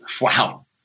Wow